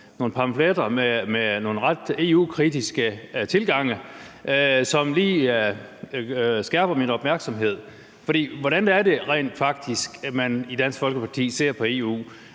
nogle pamfletter med en ret EU-kritisk tilgang, som lige skærpede min opmærksomhed. For hvordan er det rent faktisk, at man i Dansk Folkeparti ser på EU?